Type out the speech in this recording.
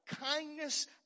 Kindness